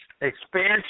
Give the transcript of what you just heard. expansion